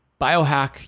Biohack